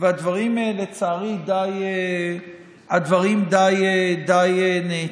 והדברים האלה לצערי די נעצרו,